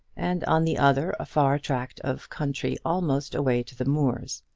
and on the other a far tract of country almost away to the moors.